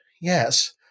yes